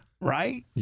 Right